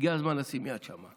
הגיע הזמן לשים יד שם.